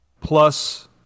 plus